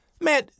man